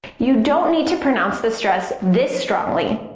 you don't need to pronounce the stress this strongly.